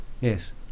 Yes